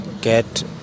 get